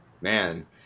Man